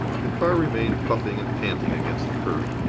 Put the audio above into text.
the car remained puffing and panting against the kerb.